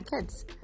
kids